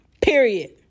Period